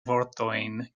vortojn